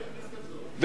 חמישה-עשר,